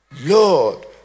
lord